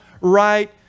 right